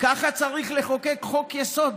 ככה צריך לחוקק חוק-יסוד?